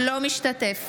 אינו משתתף